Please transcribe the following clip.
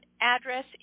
address